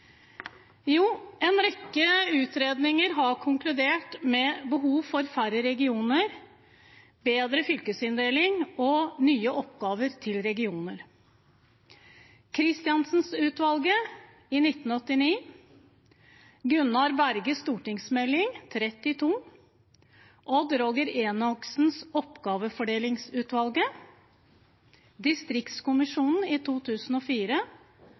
Jo, en rekke utredninger har konkludert med behov for færre regioner, bedre fylkesinndelinger og nye oppgaver til regioner: Christiansen-utvalget i 1989, Gunnar Berges stortingsmelding nr. 32 for 1994–1995, Odd Roger Enoksens Oppgavefordelingsutvalget og Distriktskommisjonen i 2004.